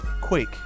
Quake